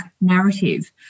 narrative